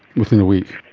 within a week.